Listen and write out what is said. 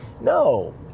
no